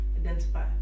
identify